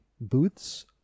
booths